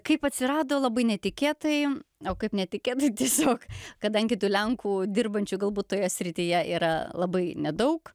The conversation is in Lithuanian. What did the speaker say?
kaip atsirado labai netikėtai o kaip netikėtai tiesiog kadangi tų lenkų dirbančių galbūt toje srityje yra labai nedaug